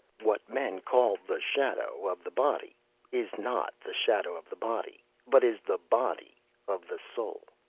what men call the shadow of the body is not the shadow of the body, but is the body of the soul.